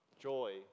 joy